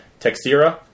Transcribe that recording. Texira